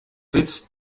willst